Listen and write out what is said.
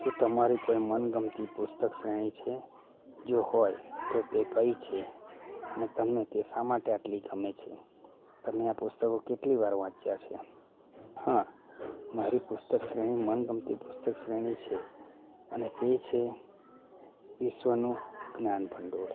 શું તમારી કોઈ મનગમતી પુસ્તક શ્રેણી છે જો હોય તો તે કઈ છે ને તમે તે શા માટે આટલી ગમે છે તમે આ પુસ્તકો કેટલી વાર વાંચ્યા સે હા મારી પુસ્તક શ્રેણી મનગમતી પુસ્તક શ્રેણી છે અને તે છે વિશ્વનું જ્ઞાન ભંડોળ